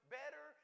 better